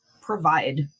provide